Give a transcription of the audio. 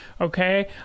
okay